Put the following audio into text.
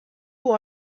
who